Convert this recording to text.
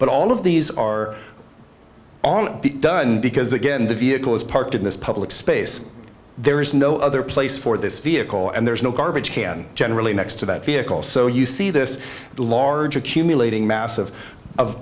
but all of these are on done because again the vehicle is parked in this public space there is no other place for this vehicle and there's no garbage can generally next to that vehicle so you see this large accumulating massive of